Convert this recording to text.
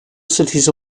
cities